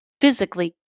physically